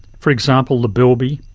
for example the bilby,